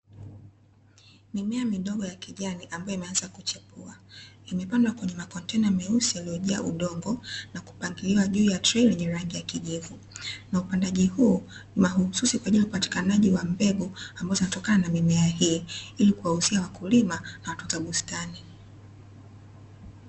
Mimea midogo ya kijani ambayo imeanza kuchepua imepandwa kwenye makontena myeusi yaliyojaa udongo na kupangiliwa juu ya trei lenye rangi ya kijivu, naupandaji huu mahususi kwa ajili ya upatikanaji wa mbegu ambazo zinapatikana kutokana na mimea hii, ili kuwauzia wakulima na watunza bustani.